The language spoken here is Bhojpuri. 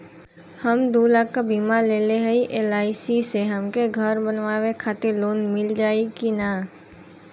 हम दूलाख क बीमा लेले हई एल.आई.सी से हमके घर बनवावे खातिर लोन मिल जाई कि ना?